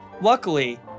Luckily